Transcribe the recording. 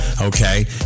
okay